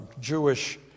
Jewish